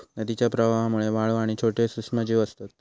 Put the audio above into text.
नदीच्या प्रवाहामध्ये वाळू आणि छोटे सूक्ष्मजीव असतत